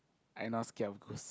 I not scared of ghost